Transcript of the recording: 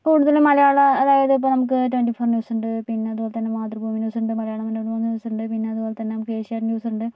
കൂടുതൽ മലയാള അതായത് ഇപ്പോൾ നമുക്ക് ട്വന്റി ഫോർ ന്യൂസുണ്ട് പിന്നെ അതുപോലെത്തന്നെ മാതൃഭൂമി ന്യൂസുണ്ട് മലയാള മനോരമ ന്യൂസുണ്ട് പിന്നെ അതുപോലെത്തന്നെ നമുക്ക് ഏഷ്യാനെറ്റ് ന്യൂസുണ്ട്